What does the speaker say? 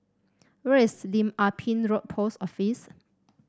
where is Lim Ah Pin Road Post Office